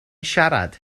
siarad